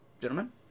Gentlemen